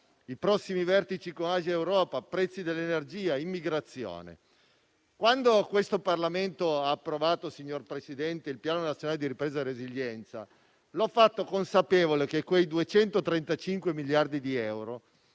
i prossimi vertici con Asia ed Europa, i prezzi dell'energia, l'immigrazione. Quando questo Parlamento ha approvato il Piano nazionale di ripresa e resilienza lo ha fatto consapevole che quei 235 miliardi di euro